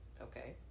okay